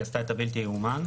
היא עשתה את הבלתי יאומן.